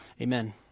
Amen